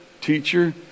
teacher